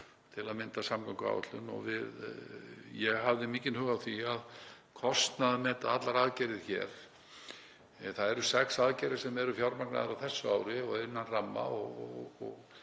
til að mynda með samgönguáætlun. Ég hafði mikinn hug á því að kostnaðarmeta allar aðgerðir hér. Það eru sex aðgerðir sem eru fjármagnaðar á þessu ári og innan ramma.